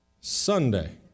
Sunday